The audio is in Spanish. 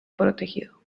protegido